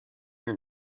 your